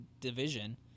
division